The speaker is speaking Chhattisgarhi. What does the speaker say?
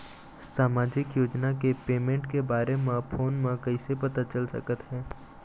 सामाजिक योजना के पेमेंट के बारे म फ़ोन म कइसे पता चल सकत हे?